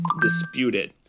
disputed